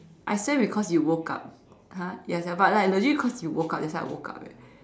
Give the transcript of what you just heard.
I swear because you woke up !huh! ya sia but like legit because you woke up that's why I woke up leh